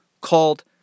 Called